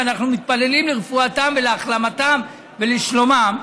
ואנחנו מתפללים לרפואתם ולהחלמתם ולשלומם,